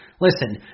Listen